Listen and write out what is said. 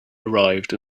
arrived